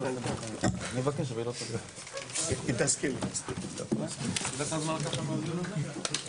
13:53.